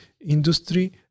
industry